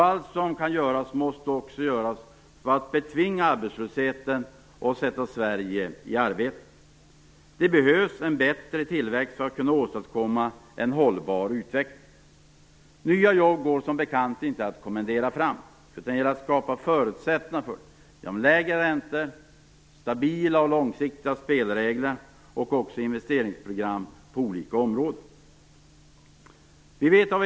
Allt som kan göras måste också göras för att betvinga arbetslösheten och sätta Sverige i arbete. Det behövs en bättre tillväxt för kunna åstadkomma en hållbar utveckling. Nya jobb går som bekant inte att kommendera fram, utan det gäller att skapa förutsättningar för nya jobb: lägre räntor, stabila och långsiktiga spelregler samt investeringsprogram på olika områden.